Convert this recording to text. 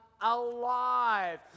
alive